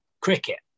cricket